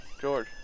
George